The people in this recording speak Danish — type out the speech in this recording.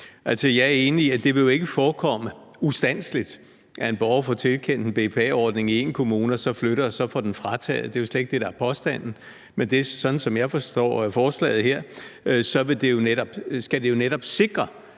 Jeg er enig i, at det jo ikke vil forekomme ustandselig, at en borger får tilkendt en BPA-ordning i én kommune og så flytter og får den frataget. Det er jo slet ikke det, der er påstanden, men som jeg forstår forslaget her, skal det jo netop sikre,